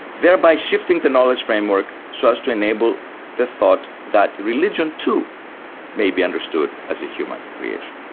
thereby shifting the knowledge framework so as to enable the thought that religion too may be understood as a human creation.